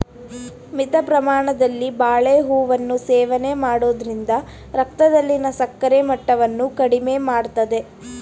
ಮಿತ ಪ್ರಮಾಣದಲ್ಲಿ ಬಾಳೆಹೂವನ್ನು ಸೇವನೆ ಮಾಡೋದ್ರಿಂದ ರಕ್ತದಲ್ಲಿನ ಸಕ್ಕರೆ ಮಟ್ಟವನ್ನ ಕಡಿಮೆ ಮಾಡ್ತದೆ